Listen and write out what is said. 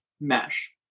mesh